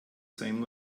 same